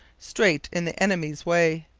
straight in the enemy's way.